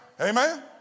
Amen